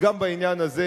גם בעניין הזה,